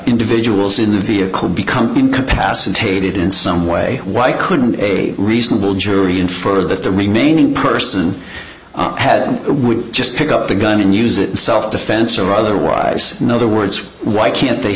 individuals in the vehicle become incapacitated in some way why couldn't a reasonable jury and for that the remaining person had would just pick up the gun and use it in self defense or otherwise no other words why can't they